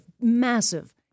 massive